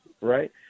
Right